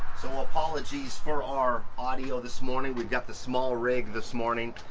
so apologies for our audio this morning. we've got the small rig this morning.